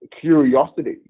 curiosity